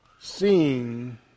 Seeing